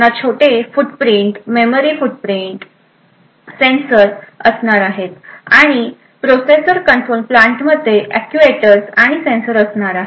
त्यांना छोटे footprint memory footprint असणार आहेत आणि प्रोसेस कंट्रोल प्लांट मध्ये अॅक्ट्युएटर्स आणि sensor असणार आहेत